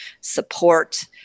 support